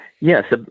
Yes